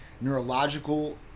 neurological